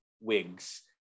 wigs